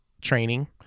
training